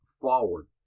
forward